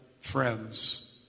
friends